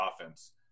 offense